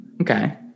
Okay